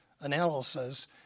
analysis